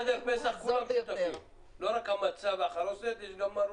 בסדר פסח --- לא רק המצה והחרוסת, יש גם המרור.